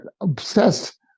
obsessed